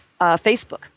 Facebook